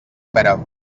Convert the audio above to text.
pera